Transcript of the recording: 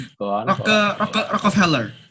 Rockefeller